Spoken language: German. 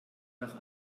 nach